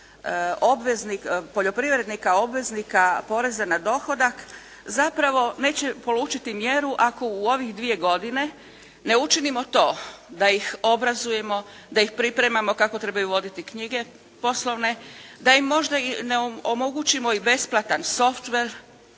poljoprivrednika obveznika poreza na dohodak zapravo neće polučiti mjeru ako u ovih dvije godine ne učinimo to da ih obrazujemo, da ih pripremamo kako trebaju voditi knjige poslovne, da im možda i omogućimo i besplatan softver,